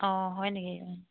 অঁ হয় নেকি